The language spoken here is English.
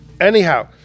Anyhow